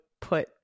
put